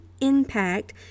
impact